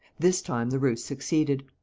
this time the ruse succeeded.